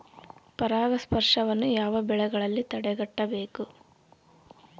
ಪರಾಗಸ್ಪರ್ಶವನ್ನು ಯಾವ ಬೆಳೆಗಳಲ್ಲಿ ತಡೆಗಟ್ಟಬೇಕು?